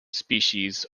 species